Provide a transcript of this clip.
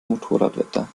motorradwetter